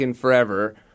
forever